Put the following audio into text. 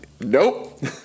nope